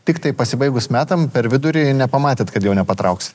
tiktai pasibaigus metam per vidurį nepamatėt kad jau nepatrauksit